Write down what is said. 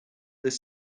their